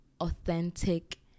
authentic